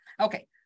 Okay